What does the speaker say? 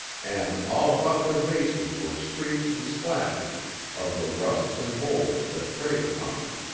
and all about their bases were streaks and splashes of the rusts and moulds that preyed upon them.